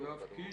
יואב קיש.